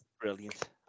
Brilliant